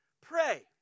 pray